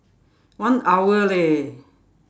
one hour leh